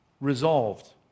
Resolved